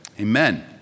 Amen